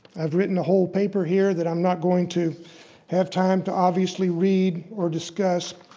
i've written a whole paper hear that i'm not going to have time to obviously read or discuss.